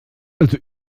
also